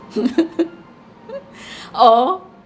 oh